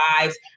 lives